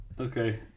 okay